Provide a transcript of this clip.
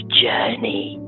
journey